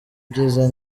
byiza